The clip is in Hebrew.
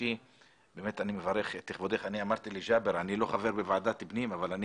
אני אמרתי לג'אבר שאני לא חבר הוועדה אבל אני